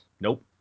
Nope